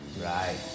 right